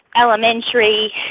elementary